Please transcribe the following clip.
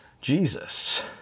Jesus